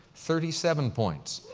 thirty seven points,